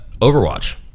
overwatch